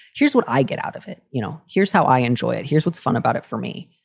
here's what i get out of it, you know, here's how i enjoy it. here's what's fun about it for me.